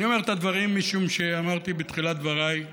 אני אומר את הדברים משום שאמרתי בתחילת דבריי,